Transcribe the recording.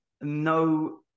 no